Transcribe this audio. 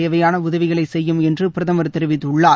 தேவையான உதவிகளை செய்யும் என்று பிரதமர் தெரிவித்துள்ளார்